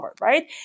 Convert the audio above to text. right